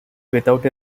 without